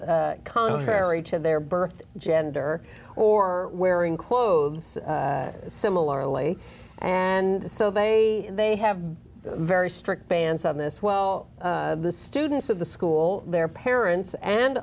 bathrooms contrary to their birth gender or wearing clothes similarly and so they they have very strict bans on this well the students of the school their parents and